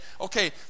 okay